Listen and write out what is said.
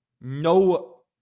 No